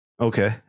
Okay